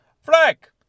Frank